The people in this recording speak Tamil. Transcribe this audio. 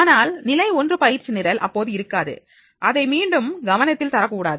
ஆனால் நிலை 1 பயிற்சி நிரல் அப்போது இருக்காது அதை மீண்டும் கவனத்தில் தரக்கூடாது